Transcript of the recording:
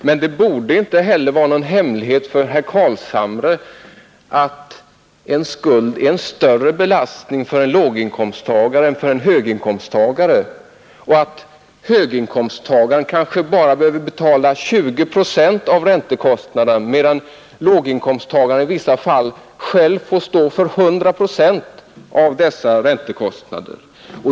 Men det borde inte heller vara någon hemlighet för herr Carlshamre att en skuld är en större belastning för en låginkomsttagare än för en höginkomsttagare och att höginkomsttagaren kanske bara behöver betala 20 procent av räntekostnaderna medan låginkomsttagaren i vissa fall själv får stå för 100 procent av dessa räntekostnader.